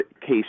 case